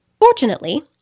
Fortunately